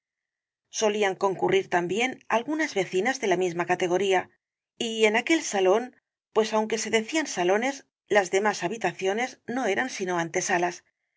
solían concurrir también algunas vecinas de la misma categoría y en aquel salón pues aunque se decían salones las demás habitaciones no eran sino antesalas